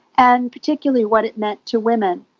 and particularly what it meant to women.